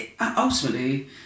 ultimately